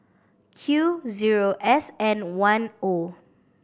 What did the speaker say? Q zero S N one O